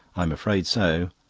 i'm afraid so.